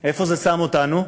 איפה זה שם אותנו?